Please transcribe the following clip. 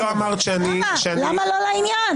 למה לא לעניין?